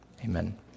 Amen